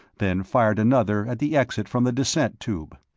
then fired another at the exit from the descent tube.